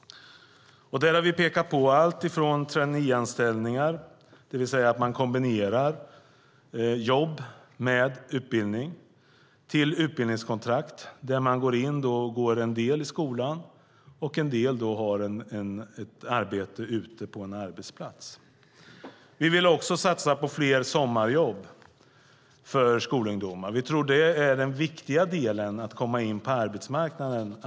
Där har vi pekat på allt från traineeanställningar, det vill säga att man kombinerar jobb med utbildning, till utbildningskontrakt där man till en del går i skola och till en del har arbete ute på en arbetsplats. Vi vill också satsa på fler sommarjobb för skolungdomar. Att få ett sommarjobb tror vi är den viktiga delen för att komma in på arbetsmarknaden.